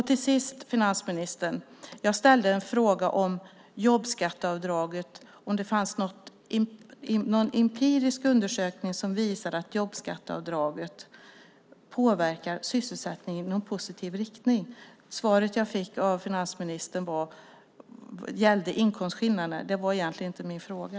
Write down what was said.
Till sist finansministern: Jag ställde en fråga om jobbskatteavdraget och om det fanns någon empirisk undersökning som visar att jobbskatteavdraget påverkar sysselsättningen i positiv riktning. Svaret som jag fick av finansministern gällde inkomstskillnaderna, men det var egentligen inte min fråga.